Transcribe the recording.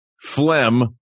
phlegm